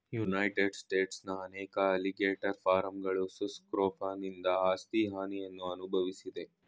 United ಸ್ಟೇಟ್ಸ್ನ ಅನೇಕ alligator ಫಾರ್ಮ್ಗಳು ಸುಸ್ ಸ್ಕ್ರೋಫನಿಂದ ಆಸ್ತಿ ಹಾನಿಯನ್ನು ಅನ್ಭವ್ಸಿದೆ